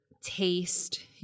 taste